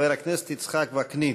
חבר הכנסת יצחק וקנין.